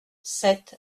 sept